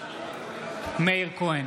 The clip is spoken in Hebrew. מאיר כהן,